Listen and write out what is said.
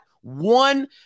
one